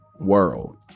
world